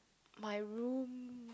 my room